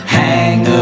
hang